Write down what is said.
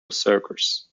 circus